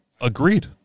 agreed